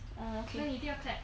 err okay